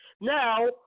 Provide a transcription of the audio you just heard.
Now